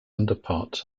underparts